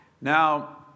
Now